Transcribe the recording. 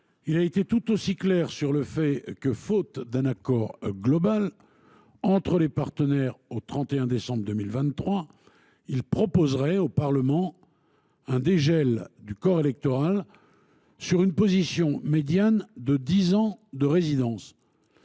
Il a été tout aussi clair sur le fait que, faute d’un accord global entre les partenaires avant le 31 décembre 2023, il proposerait au Parlement un dégel du corps électoral sur la base médiane d’un temps de résidence